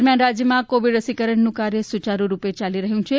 દરમિયાન રાજ્યમાં કોવિડ રસીકરણનું કાર્ય સુચારુરૃપે ચાલી રહ્યું છે